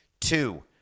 Two